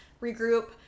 regroup